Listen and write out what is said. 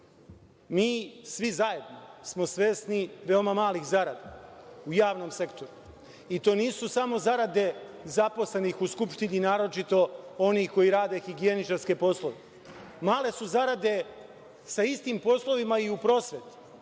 Mi svi zajedno smo svesni veoma malih zarada u javnom sektoru i to nisu samo zarade zaposlenih u Skupštini, naročito onih koji rade higijeničarske poslove. Male su zarade sa istim poslovima i u prosveti,